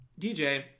DJ